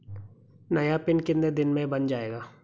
नया पिन कितने दिन में बन जायेगा?